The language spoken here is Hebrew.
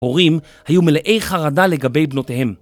הורים היו מלאי חרדה לגבי בנותיהם.